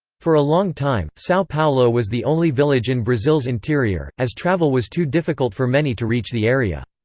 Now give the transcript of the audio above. for a long time, sao paulo was the only village in brazil's interior, as travel was too difficult for many to reach the area.